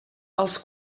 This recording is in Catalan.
als